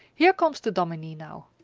here comes the dominie now.